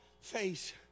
face